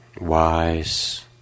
wise